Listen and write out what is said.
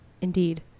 Indeed